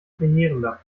verheerender